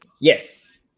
Yes